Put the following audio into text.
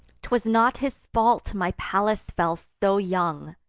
t was not his fault, my pallas fell so young,